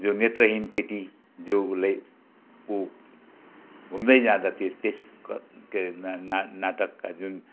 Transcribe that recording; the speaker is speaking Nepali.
जो नेत्रहीन केटी जो उसले ऊ घुम्दै जाँदा त्यस त्यस के के अरे ना ना नाटकका जुन